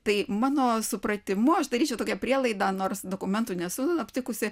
tai mano supratimu aš daryčiau tokią prielaidą nors dokumentų nesu aptikusi